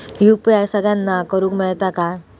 UPI सगळ्यांना करुक मेलता काय?